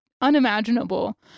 unimaginable